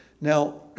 Now